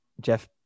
Jeff